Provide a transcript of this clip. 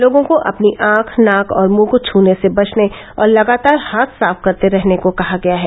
लोगों को अपनी आंख नाक और मुंह को छने से बचने और लगातार हाथ साफ करते रहने को कहा गया है